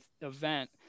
event